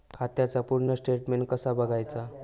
खात्याचा पूर्ण स्टेटमेट कसा बगायचा?